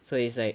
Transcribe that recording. so it's like